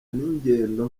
n’ingendo